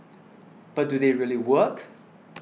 but do they really work